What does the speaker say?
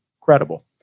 credible